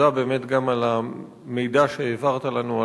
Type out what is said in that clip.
ותודה באמת על המידע שהעברת לנו,